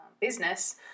business